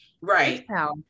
Right